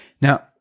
Now